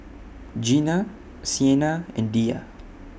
Gina Siena and Diya